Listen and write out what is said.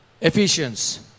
Ephesians